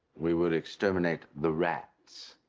we would exterminate the rats.